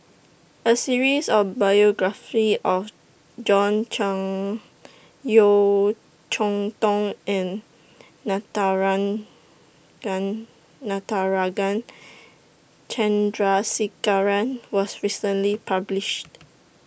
A series of biographies of John Clang Yeo Cheow Tong and Natarajan Chandrasekaran was recently published